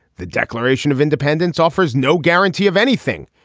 the declaration of independence offers no guarantee of anything.